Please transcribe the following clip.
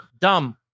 Dumb